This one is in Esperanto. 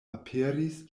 aperis